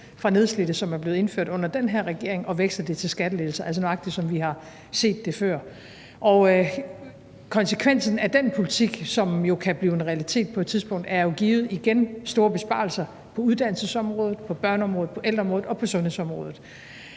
for nedslidte under den her regering, og veksle den til skattelettelser, altså nøjagtigt, som vi har set det før. Konsekvensen af den politik, som jo kan blive en realitet på et tidspunkt, vil jo givet igen være store besparelser på uddannelsesområdet, på børneområdet, på ældreområdet og på sundhedsområdet.